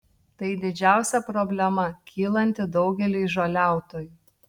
tai didžiausia problema kylanti daugeliui žoliautojų